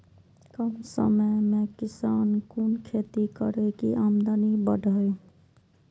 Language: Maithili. कम समय में किसान कुन खैती करै की आमदनी बढ़े?